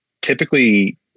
Typically